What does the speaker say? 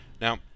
Now